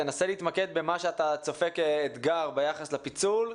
תנסה להתמקד במה שאתה צופה כאתגר ביחס לפיצול,